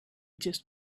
just